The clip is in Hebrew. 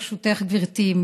ברשותך גברתי,